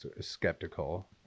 skeptical